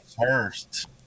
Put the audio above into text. first